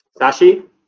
Sashi